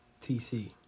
TC